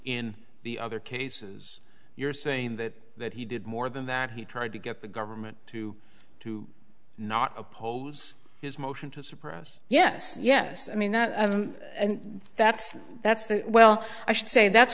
in the other cases you're saying that that he did more than that he tried to get the government to to not oppose his motion to suppress yes yes i mean that's that's the well i should say that's